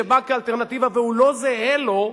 שבא כאלטרנטיבה והוא לא זהה לו,